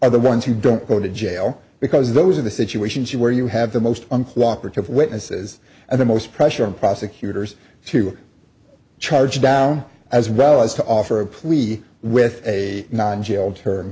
are the ones who don't go to jail because those are the situations where you have the most uncooperative witnesses and the most pressure on prosecutors to charge down as well as to offer a plea with a non jail term